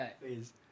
please